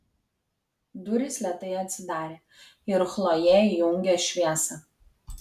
durys lėtai atsidarė ir chlojė įjungė šviesą